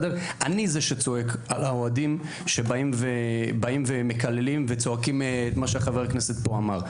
אני זה שצועק על האוהדים שמקללים וצועקים את מה שחבר הכנסת פה אמר.